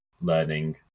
learning